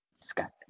Disgusting